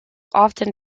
often